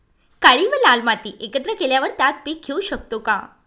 काळी व लाल माती एकत्र केल्यावर त्यात पीक घेऊ शकतो का?